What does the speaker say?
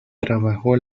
trabajó